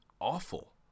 awful